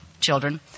children